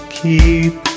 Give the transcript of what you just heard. keep